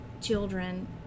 children